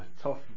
tough